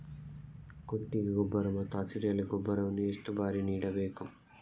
ಕೊಟ್ಟಿಗೆ ಗೊಬ್ಬರ ಮತ್ತು ಹಸಿರೆಲೆ ಗೊಬ್ಬರವನ್ನು ಎಷ್ಟು ಬಾರಿ ನೀಡಬೇಕು?